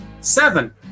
Seven